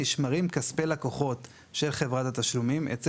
נשמרים כספי לקוחות של חברת התשלומים אצל